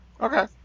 Okay